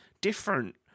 different